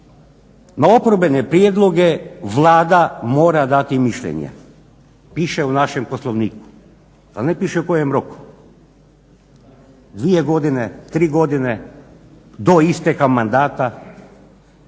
na oporbene prijedloge Vlada mora dati mišljenje, piše u našem Poslovniku al ne piše u kojem roku, dvije godine, tri godine, do isteka mandata.